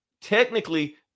Technically